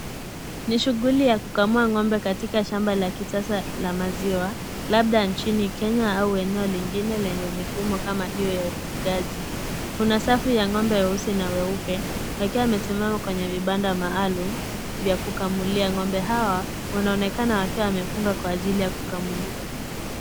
Ni shughuli ya kukamua ng'ombe katika shamba la kisasa la maziwa, labda nchini Kenya au eneo lingine lenye mifumo kama hiyo ya ufugaji. Kuna safu ya ng'ombe weusi na weupe, wakiwa wamesimama kwenye vibanda maalum vya kukamulia. Ng'ombe hawa, wanaonekana wakiwa wamefungwa kwa ajili ya kukamuliwa.